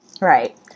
right